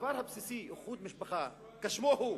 הדבר הבסיסי, איחוד משפחה, כשמו הוא.